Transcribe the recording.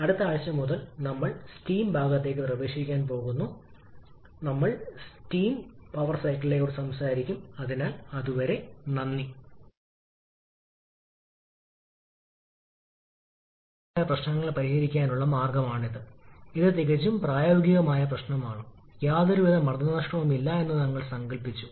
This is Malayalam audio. അതിനാൽ ഇന്റർകൂളിംഗിന്റെ പ്രഭാവം കംപ്രഷൻ ജോലിയുടെ കുറവാണ് ടർബൈൻ ഭാഗം അതേപടി നിലനിൽക്കുന്നു അതിനാൽ നെറ്റ് വർക്ക് ഔട്ട്പുട്ടിൽ വർദ്ധനവുണ്ടാകും തുടർന്ന് നമ്മൾക്ക് വർക്ക് അനുപാതത്തിൽ വർദ്ധനവും കുറവും ഉണ്ട് ബാക്ക് വർക്ക് അനുപാതത്തിൽ